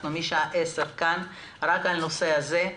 אנחנו משעה 10 כאן ודנים רק על הנושא הזה.